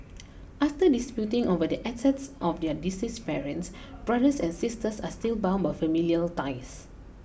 after disputing over the assets of their deceased parents brothers and sisters are still bound by familial ties